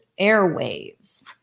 airwaves